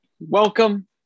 Welcome